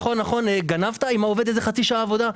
נכון, נכון גנבת עם העובד איזו חצי שעה עבודה?